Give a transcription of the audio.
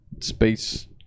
space